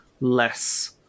less